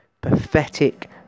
pathetic